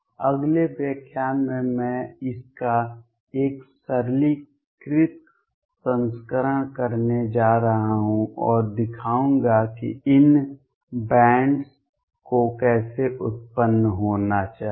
अगले व्याख्यान में मैं इसका एक सरलीकृत संस्करण करने जा रहा हूं और दिखाऊंगा कि इन बैंड्स को कैसे उत्पन्न होना चाहिए